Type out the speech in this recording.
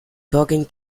talking